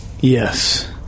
Yes